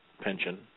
pension